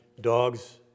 dogs